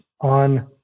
on